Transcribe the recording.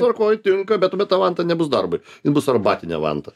tvarkoj tinka bet bet ta vanta nebus darbui jin bus arbatinė vanta